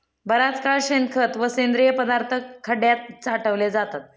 बराच काळ शेणखत व सेंद्रिय पदार्थ खड्यात साठवले जातात